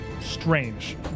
strange